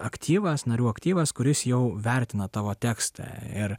aktyvas narių aktyvas kuris jau vertina tavo tekstą ir